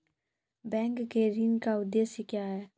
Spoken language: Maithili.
बैंक के ऋण का उद्देश्य क्या हैं?